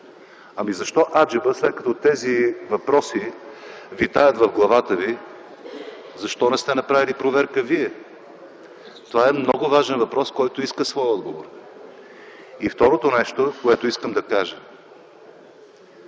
Защо аджеба, след като тези въпроси витаят в главата Ви, защо не сте направили проверка Вие?! Това е много важен въпрос, който иска своя отговор. И второ, премълчана